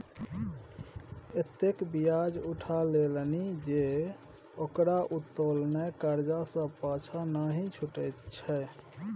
एतेक ब्याज उठा लेलनि जे ओकरा उत्तोलने करजा सँ पाँछा नहि छुटैत छै